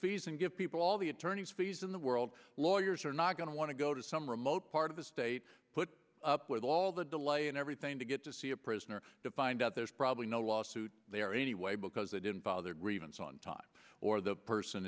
fees and give people all the attorney's fees in the world lawyers are not going to want to go to some remote part of the state put up with all the delay and everything to get to see a prisoner to find out there's probably no lawsuit there anyway because they didn't bother grievance on time or the person